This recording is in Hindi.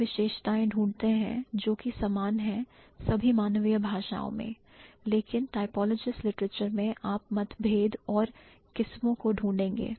वह विशेषताएं ढूंढते हैं जो कि समान हैं सभी मानवीय भाषाओं में लेकिन typologist literature में आप मतभेद और किस्मों को ढूंढेंगे